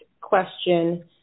question